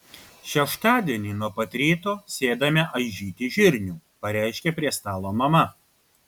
šeštadienį nuo pat ryto sėdame aižyti žirnių pareiškė prie stalo mama